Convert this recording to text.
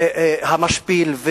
המשפיל,